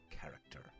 character